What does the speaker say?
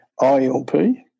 ILP